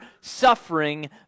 suffering